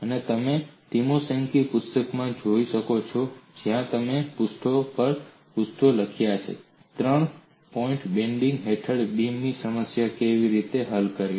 અને તમે ટિમોશેન્કોનું પુસ્તક જોઈ શકો છો જ્યાં તેમણે પૃષ્ઠો પછી પૃષ્ઠો લખ્યા છે 3 પોઇન્ટ બેન્ડિંગ હેઠળ બીમની સમસ્યા કેવી રીતે હલ કરવી